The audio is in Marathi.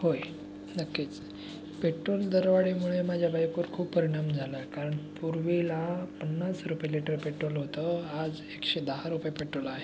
होय नक्कीच पेट्रोल दरवाढीमुळे माझ्या बाईकवर खूप परिणाम झाला कारण पूर्वीला पन्नास रुपये लीटर पेट्रोल होतं आज एकशे दहा रुपये पेट्रोल आहे